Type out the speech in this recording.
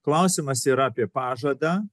klausimas yra apie pažadą